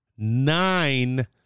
nine